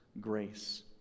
grace